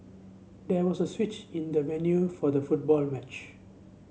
there was a switch in the venue for the football match